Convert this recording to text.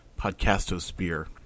podcastosphere